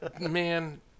man